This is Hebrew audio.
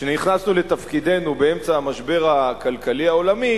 כשנכנסנו לתפקידנו באמצע המשבר הכלכלי העולמי